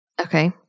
Okay